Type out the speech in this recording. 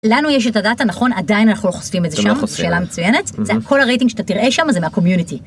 לנו יש את הדאטה נכון, עדיין אנחנו לא חושפים את זה שם, שאלה מצוינת, זה כל הרייטינג שאתה תראה שם זה מהקומיוניטי.